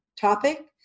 topic